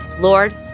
Lord